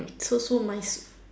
so so mice